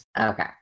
Okay